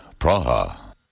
Praha